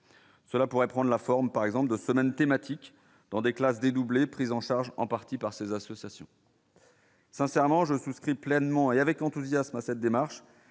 Cela pourrait prendre la forme par exemple de semaine thématique dans des classes dédoublées, prise en charge en partie par ces associations. Sincèrement je souscris pleinement et avec enthousiasme à cette démarche,